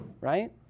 right